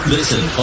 Listen